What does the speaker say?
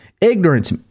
ignorance